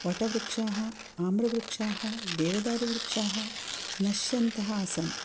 वटवृक्षाः आम्रवृक्षाः देवदारुवृक्षाः नश्यन्तः आसन्